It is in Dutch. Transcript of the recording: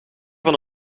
van